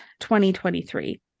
2023